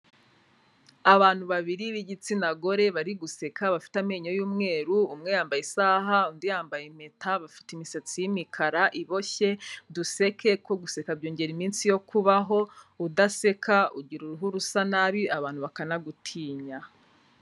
Abantu babiri b'igitsina gore bari guseka bafite amenyo y'umweru, umwe yambaye isaha undi yambaye impeta, bafite imisatsi y'imikara iboshye, duseke kuko guseka byongera iminsi yo kubaho, udaseka ugira uruhu rusa nabi, abantu bakanagutinya.